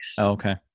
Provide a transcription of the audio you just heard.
Okay